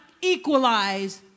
equalize